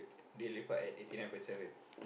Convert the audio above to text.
they lepak at eighty nine point seven